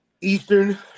eastern